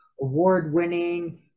award-winning